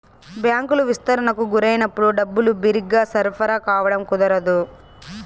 బ్యాంకులు విస్తరణకు గురైనప్పుడు డబ్బులు బిరిగ్గా సరఫరా కావడం కుదరదు